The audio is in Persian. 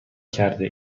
کرده